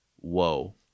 whoa